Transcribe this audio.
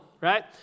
right